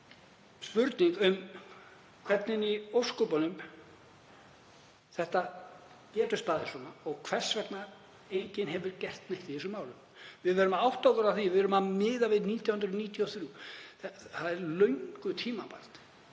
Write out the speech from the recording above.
spurning um hvernig í ósköpunum þetta getur staðið svona og hvers vegna enginn hefur gert neitt í þessum málum. Við verðum að átta okkur á því að við erum að miða við 1993. Það er löngu tímabært